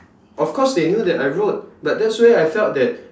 of course they knew that I wrote but that's where I felt that